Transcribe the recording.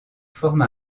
forme